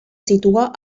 situa